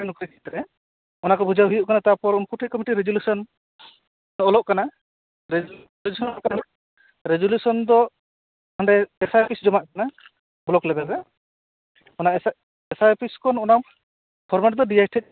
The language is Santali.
ᱚᱱᱟ ᱠᱚ ᱵᱩᱡᱷᱟᱹ ᱦᱩᱭᱩᱜ ᱠᱟᱱᱟ ᱛᱟᱯᱚᱨ ᱩᱱᱠᱩ ᱴᱷᱮᱡᱠᱷᱚᱡ ᱢᱤᱫᱴᱤᱡ ᱨᱤᱡᱩᱞᱮᱥᱮᱱ ᱚᱞᱚᱜ ᱠᱟᱱᱟ ᱨᱮᱡᱩᱞᱮᱥᱚᱱ ᱨᱮᱡᱩᱞᱮᱥᱚᱱ ᱫᱚ ᱚᱸᱰᱮ ᱮ ᱥᱟᱭ ᱚᱯᱷᱤᱥ ᱡᱚᱢᱟᱜ ᱠᱟᱱᱟ ᱵᱚᱞᱚᱠ ᱞᱮᱵᱮᱞ ᱨᱮ ᱚᱱᱟ ᱮ ᱥᱟᱭ ᱚᱯᱷᱤᱥ ᱠᱷᱚᱱ ᱚᱱᱟ ᱯᱷᱚᱨᱢᱮᱴ ᱫᱚ ᱰᱤ ᱟᱭ ᱴᱷᱮᱡ